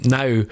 now